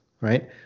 right